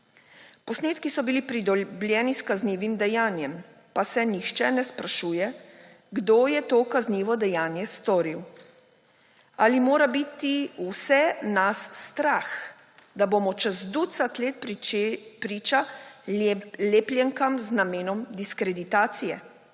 Posnetki so bili pridobljeni s kaznivim dejanjem, pa se nihče ne sprašuje, kdo je to kaznivo dejanje storil. Ali mora biti vse nas strah, da bomo čez ducat let priče lepljenkam z namenom diskreditacije?